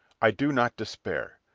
i do not despair.